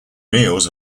meals